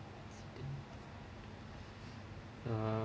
uh